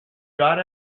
got